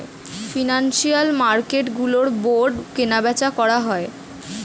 financial মার্কেটগুলোয় bond কেনাবেচা করা যায়